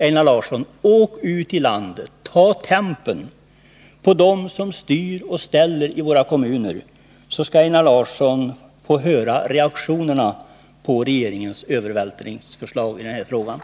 Einar Larsson, åk ut i landet, ta temperaturen på dem som styr och ställer i våra kommuner, så skall ni få höra reaktionerna på regeringens övervältringsförslag på det här området.